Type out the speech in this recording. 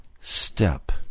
step